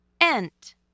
Ent